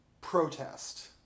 protest